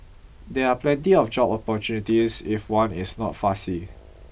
there are plenty of job opportunities if one is not fussy